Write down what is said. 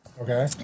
Okay